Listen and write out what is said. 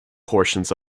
portions